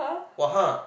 !wah! !huh!